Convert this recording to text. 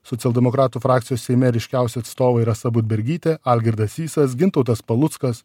socialdemokratų frakcijos seime ryškiausi atstovai rasa budbergytė algirdas sysas gintautas paluckas